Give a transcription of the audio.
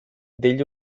degli